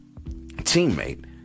teammate